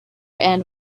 end